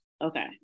Okay